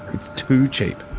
it's too cheap.